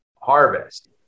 harvest